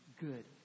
good